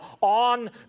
on